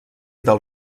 del